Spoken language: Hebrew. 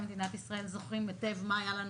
מדינת ישראל זוכרים היטב מה היה לנו,